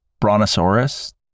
brontosaurus